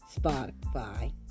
Spotify